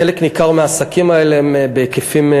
חלק ניכר מהעסקים האלה הם קטנים,